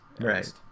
Right